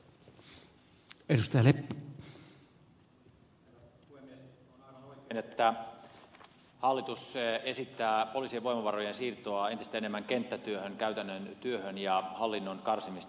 on aivan oikein että hallitus esittää poliisien voimavarojen siirtoa entistä enemmän kenttätyöhön käytännön työhön ja hallinnon karsimista